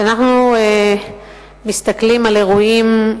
כשאנחנו מסתכלים על אירועים,